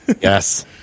yes